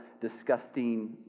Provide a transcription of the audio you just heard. disgusting